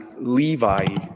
Levi